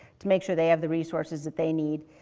to make sure they have the resources that they need.